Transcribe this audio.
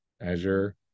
Azure